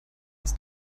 als